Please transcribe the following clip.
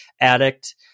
addict